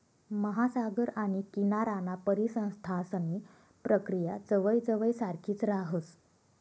महासागर आणि किनाराना परिसंस्थांसनी प्रक्रिया जवयजवय सारखीच राहस